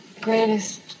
Greatest